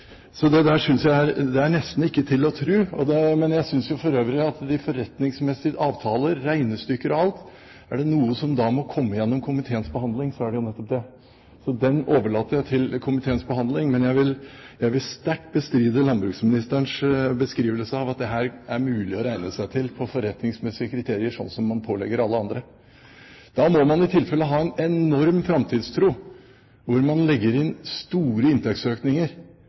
Så det synes jeg nesten ikke er til å tro. Jeg synes for øvrig når det gjelder de forretningsmessige avtaler, regnestykker og alt, at er det noe som må komme gjennom komiteens behandling, er det nettopp det. Så det overlater jeg til komiteens behandling. Men jeg vil sterkt bestride landbruksministerens beskrivelse av at dette er mulig å regne seg til ut fra forretningsmessige kriterier, sånn som man pålegger alle andre. Da må man i tilfelle ha en enorm framtidstro, hvor man legger inn store inntektsøkninger